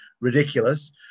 ridiculous